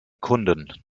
kunden